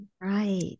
Right